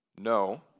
No